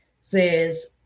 Says